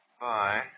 Bye